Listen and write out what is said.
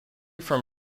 from